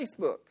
Facebook